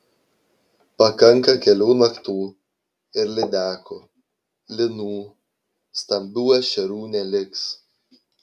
pakanka kelių naktų ir lydekų lynų stambių ešerių neliks